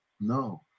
No